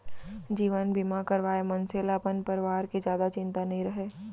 जीवन बीमा करवाए मनसे ल अपन परवार के जादा चिंता नइ रहय